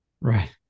Right